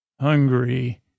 hungry